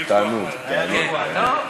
תענוג, תענוג.